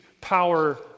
power